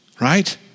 right